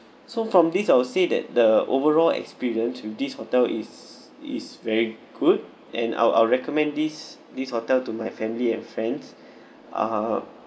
so from this I would say that the overall experience with this hotel is is very good and I'll I'll recommend this this hotel to my family and friends uh